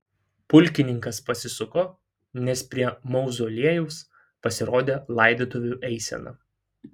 pulkininkas pasisuko nes prie mauzoliejaus pasirodė laidotuvių eisena